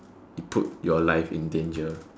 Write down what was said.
you put your life in danger